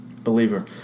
Believer